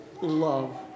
Love